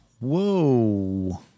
Whoa